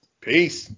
Peace